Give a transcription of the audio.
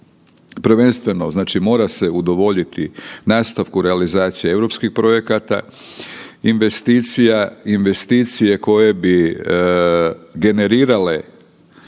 Prvenstveno, mora se udovoljiti nastavku realizacije europskih projekata, investicija. Investicije koje bi generirale